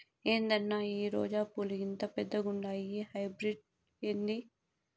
ఏందన్నా ఈ రోజా పూలు ఇంత పెద్దగుండాయి హైబ్రిడ్ ఏంది